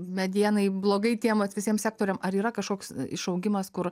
medienai blogai tiem vat visiem sektoriam ar yra kažkoks išaugimas kur